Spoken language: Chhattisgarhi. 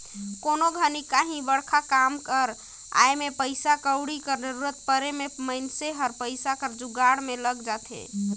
कोनो घनी काहीं बड़खा काम कर आए में पइसा कउड़ी कर जरूरत परे में मइनसे हर पइसा कर जुगाड़ में लइग जाथे